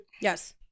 Yes